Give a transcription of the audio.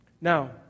Now